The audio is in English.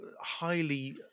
highly